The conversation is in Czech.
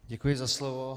Děkuji za slovo.